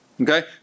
okay